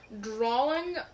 Drawing